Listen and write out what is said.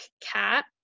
cat